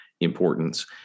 importance